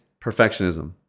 perfectionism